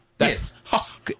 Yes